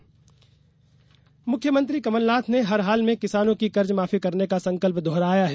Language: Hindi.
फसल ऋण माफी योजना मुख्यमंत्री कमल नाथ ने हर हाल में किसानों की कर्ज माफी करने का संकल्प दोहराया है